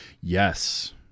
Yes